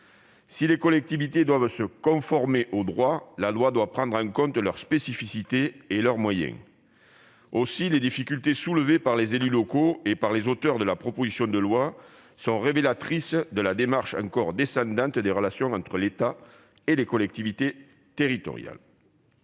Si les collectivités doivent se conformer au droit, la loi doit prendre en compte leurs spécificités et leurs moyens. À cet égard, les difficultés soulevées par les élus locaux et par les auteurs de la proposition de loi sont révélatrices de la démarche encore descendante des relations entre l'État et les collectivités territoriales.